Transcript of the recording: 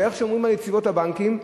ואיך שומרים על יציבות הבנקים?